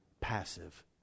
passive